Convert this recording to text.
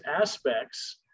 aspects